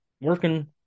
working